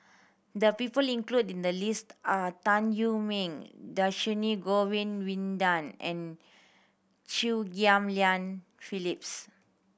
the people included in the list are Tan Wu Meng Dhershini Govin Winodan and Chew Ghim Lian Phyllis